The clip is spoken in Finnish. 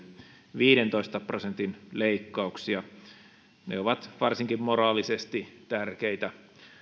viidentoista prosentin leikkauksia ne ovat varsinkin moraalisesti tärkeitä